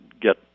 get